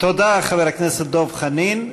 תודה, חבר הכנסת דב חנין.